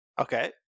Okay